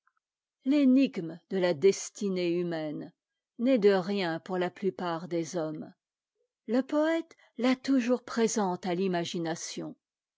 l'énigme de la destinée humaine n'est de rien pour la plupart des hommes le poëte l'a toujours présente à l'imagination